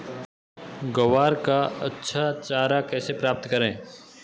ग्वार का अच्छा चारा कैसे प्राप्त करें?